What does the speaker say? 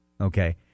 Okay